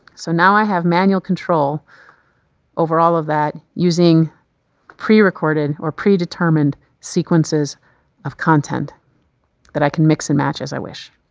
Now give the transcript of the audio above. so now i have manual control over all of that, using pre-recorded, or pre-determined, sequences of content that i can mix and match as i wish.